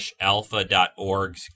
alpha.org